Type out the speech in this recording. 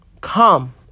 come